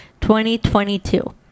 2022